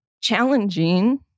challenging